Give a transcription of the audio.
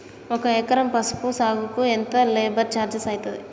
ఒక ఎకరం పసుపు సాగుకు ఎంత లేబర్ ఛార్జ్ అయితది?